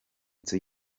nzu